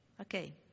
Okay